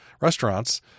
restaurants